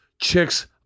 chicks